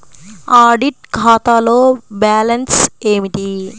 Audit ఖాతాలో balance ఏమిటీ?